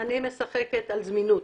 אני משחקת על זמינות.